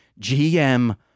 GM